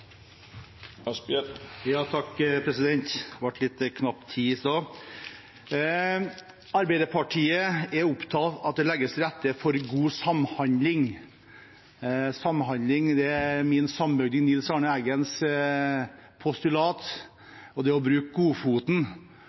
Det ble litt knapp tid i stad. Arbeiderpartiet er opptatt av at det legges til rette for god samhandling. Samhandling er min sambygding Nils Arne Eggens postulat – det å bruke godfoten.